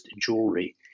jewelry